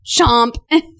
chomp